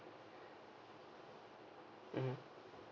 mm